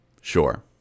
Sure